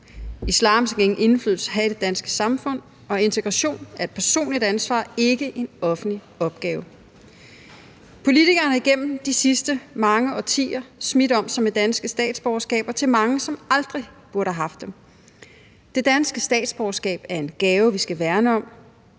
Islam skal ingen indflydelse have i det danske samfund, og integration er et personligt ansvar, ikke en offentlig opgave. Politikerne igennem de sidste mange årtier har smidt om sig med danske statsborgerskaber til mange, som aldrig burde have haft dem. Det danske statsborgerskab er en gave, vi skal værne om.